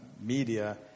media